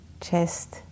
chest